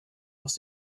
aus